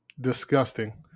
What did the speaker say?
disgusting